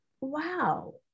wow